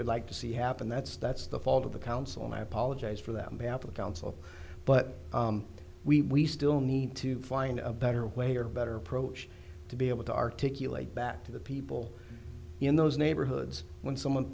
would like to see happen that's that's the fault of the council and i apologized for them at the council but we still need to find a better way or better approach to be able to articulate back to the people in those neighborhoods when someone